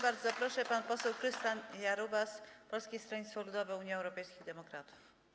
Bardzo proszę, pan poseł Krystian Jarubas, Polskie Stronnictwo Ludowe - Unia Europejskich Demokratów.